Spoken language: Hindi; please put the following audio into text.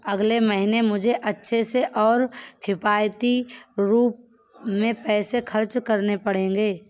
अगले महीने मुझे अच्छे से और किफायती रूप में पैसे खर्च करने पड़ेंगे